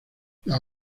las